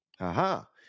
Aha